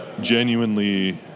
genuinely